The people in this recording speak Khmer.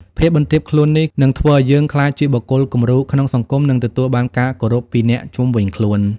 ភាពបន្ទាបខ្លួននេះ នឹងធ្វើឲ្យយើងក្លាយជា បុគ្គលគំរូក្នុងសង្គម និងទទួលបានការគោរពពីអ្នកជុំវិញខ្លួន។